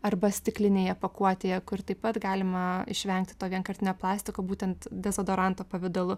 arba stiklinėje pakuotėje kur taip pat galima išvengti to vienkartinio plastiko būtent dezodoranto pavidalu